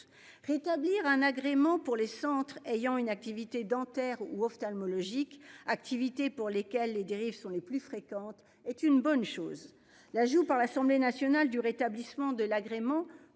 rétablir un agrément pour les centres ayant une activité dentaires ou ophtalmologiques activités pour lesquelles les dérives sont les plus fréquentes, est une bonne chose la joue par l'Assemblée nationale, du rétablissement de l'agrément